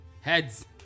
Heads